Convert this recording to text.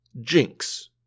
Jinx